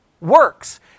works